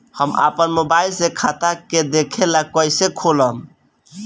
हम आपन मोबाइल से खाता के देखेला कइसे खोलम?